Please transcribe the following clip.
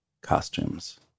costumes